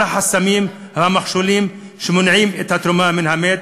החסמים והמכשולים שמונעים את התרומה מן המת,